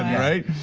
right?